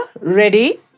ready